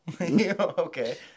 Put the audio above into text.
Okay